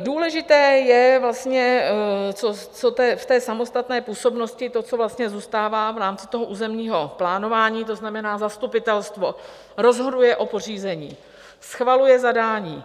Důležité je v té samostatné působnosti to, co vlastně zůstává v rámci toho územního plánování, to znamená zastupitelstvo rozhoduje o pořízení, schvaluje zadání,